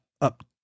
up